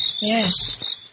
Yes